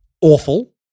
awful